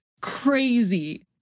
crazy